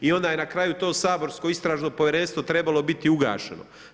I onda je na kraju to saborsko istražno povjerenstvo trebalo biti ugašeno.